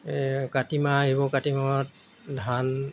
এই কাতি মাহ আহিব কাতি মাহত ধান